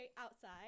outside